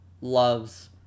loves